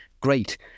Great